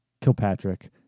Kilpatrick